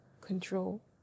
control